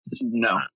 No